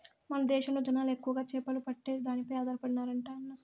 మన దేశంలో జనాలు ఎక్కువగా చేపలు పట్టే దానిపై ఆధారపడినారంటన్నా